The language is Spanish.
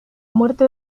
muerte